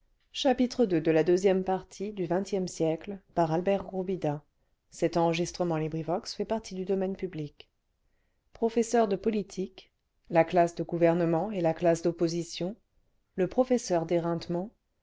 professeurs de politique la classe de gouvernement et la classe d'opposition le professeur d'éreintement